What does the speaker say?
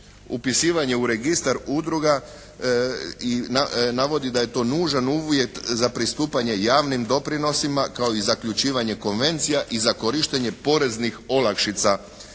upisivanje u registar udruga i navodi da je to nužan uvjet za pristupanje javnim doprinosima kao i zaključivanje konvencija i za korištenje poreznih olakšica,